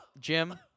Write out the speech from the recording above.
Jim